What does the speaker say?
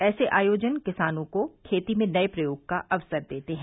ऐसे आयोजन किसानों को खेती में नये प्रयोग करने का अवसर देते हैं